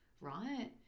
right